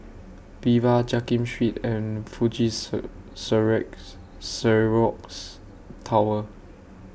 Viva Jiak Kim Street and Fuji Xerox Tower